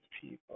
people